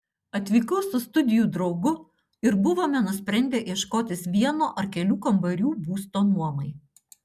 atvykau su studijų draugu ir buvome nusprendę ieškotis vieno ar kelių kambarių būsto nuomai